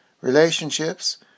relationships